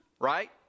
right